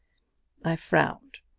i frowned.